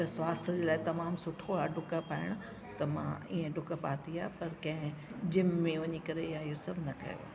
त स्वास्थ्य जे लाइ तमामु सुठी आहे ॾुक पाइण त मां ईअं ॾुक पाती आहे पर कंहिं जिम में वञी करे या इहो सभु न कयो आहे